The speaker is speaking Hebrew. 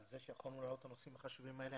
זה שיכולנו להעלות את הנושאים החשובים האלה,